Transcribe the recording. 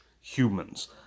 humans